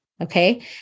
okay